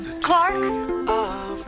Clark